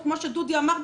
או כמו שדודי אמר,